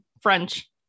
French